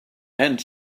and